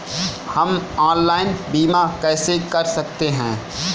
हम ऑनलाइन बीमा कैसे कर सकते हैं?